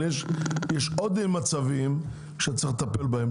אבל יש עוד מצבים שצריך לטפל בהם,